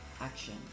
action